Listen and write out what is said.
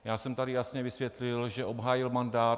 Já jsem tady jasně vysvětlil, že obhájil mandát.